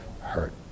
hurt